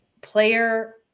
player